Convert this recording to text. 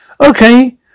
Okay